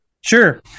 Sure